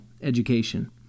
education